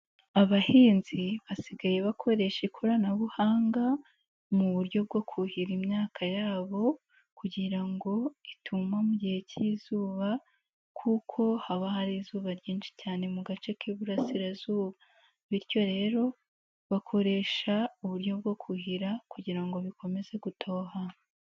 Abahinzi basigaye bakoresha ikoranabuhanga, mu buryo bwo kuhira imyaka yabo kugira ngo ituma mu gihe cy'izuba, kuko haba hari izuba ryinshi cyane mu gace k'Iburasirazuba, bityo rero bakoresha uburyo bwo kuhira kugira ngo bikomeze gutoha.